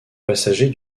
passager